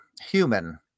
human